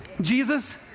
Jesus